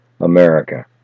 America